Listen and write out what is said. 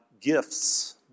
gifts